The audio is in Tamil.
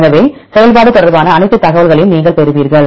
எனவே செயல்பாடு தொடர்பான அனைத்து தகவல்களையும் நீங்கள் பெறுவீர்கள்